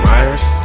Myers